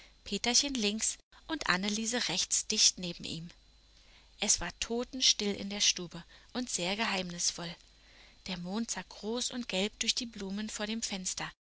peterchen links und anneliese rechts dicht neben ihm es war totenstill in der stube und sehr geheimnisvoll der mond sah groß und gelb durch die blumen vor dem fenster